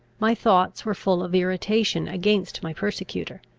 my thoughts were full of irritation against my persecutor.